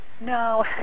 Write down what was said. no